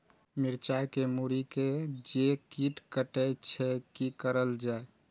मिरचाय के मुरी के जे कीट कटे छे की करल जाय?